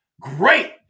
Great